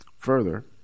Further